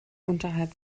unterhalb